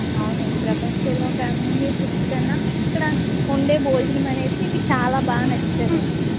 అవునండి ప్రపంచంలో అన్ని ఫుడ్స్ కన్నా మీకు ఇక్కడ ఉండే భోజనం అనేది మీకు చాలా బాగా నచ్చుతుంది అండి